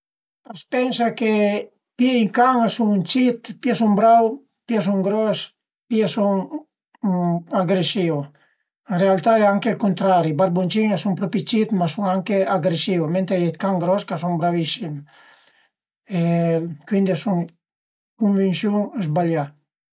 A s'pena che mi i can a sun cit, pi a sun brau e pi a sun gros, pi a sun agresìu; ën realtà al e anche ël cuntrari, i barbuncin a sun propi cit, ma a sun anche agresìu, mentre a ie d'can gros ch'a sun bravissim cuindi a sun dë cunvinsiun sbaglià